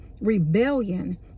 rebellion